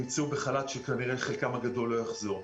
נמצאו בחל"ת וכנראה חלקם הגדול לא יחזור.